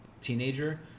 teenager